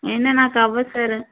అయినా నాకు అవ్వదు సార్